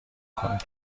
کنید